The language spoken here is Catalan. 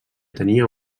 tenia